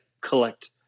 collect